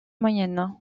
moyenne